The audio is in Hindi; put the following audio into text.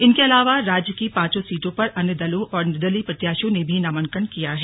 इनके अलावा राज्य की पांचों सीटों पर अन्य दलों और निर्दलीय प्रत्याशियों ने भी नामांकन किया है